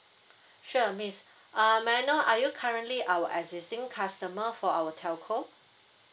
sure miss uh may I know are you currently our existing customer for our telco